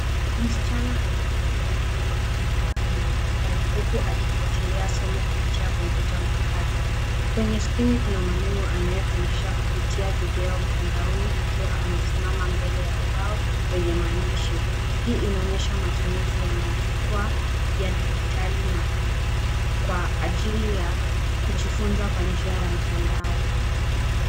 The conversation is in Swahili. Msichana ameketi akiandika kwenye daftari huku akifuatilia somo kupitia kompyuta mpakato kwenye skrini. Kuna mwalimu anayefundisha kupitia video mtandaoni akiwa amesimama mbele ya ubao wenye maandishi. Hii inaonyesha matumizi ya majukwaa ya dijitali na kwa ajili ya kujifunza kwa njia ya mtandao.